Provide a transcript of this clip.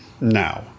now